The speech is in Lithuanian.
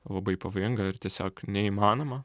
labai pavojinga ir tiesiog neįmanoma